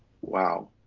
Wow